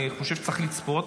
אני חושב שצריך לצפות,